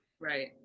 Right